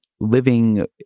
living